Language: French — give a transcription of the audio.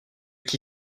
qui